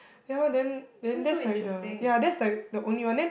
ya lor then then that's like the ya that's like the only one then